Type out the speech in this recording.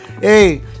hey